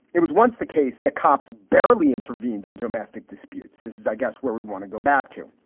it was once the case that cops barely intervened in domestic disputes. this is, i guess, where we want to go back to.